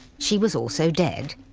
she was also dead,